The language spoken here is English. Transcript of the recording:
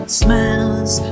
smile's